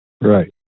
Right